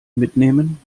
mitnehmen